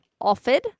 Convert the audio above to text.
offered